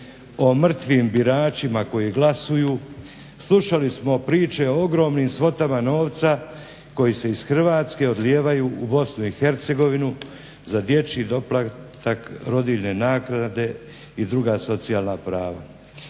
o mrtvim biračima koji glasuju, slušali smo priče o ogromnim svotama novca koji se iz Hrvatske odlijevaju u BiH za dječji doplatak, rodiljne naknade i druga socijalna prava.